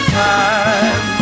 time